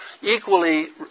equally